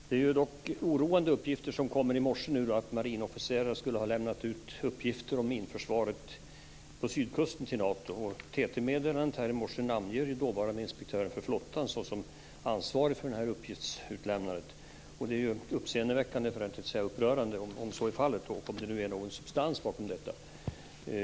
Det är dock oroande uppgifter som kom i morse om att marinofficerare skulle ha lämnat ut uppgifter om minförsvaret på sydkusten till Nato. TT meddelandet i morse namnger den dåvarande inspektören för flottan såsom ansvarig för detta uppgiftsutlämnande. Det är uppseendeväckande, för att inte säga upprörande, om så är fallet och om det finns någon substans bakom detta.